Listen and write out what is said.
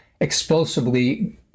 explosively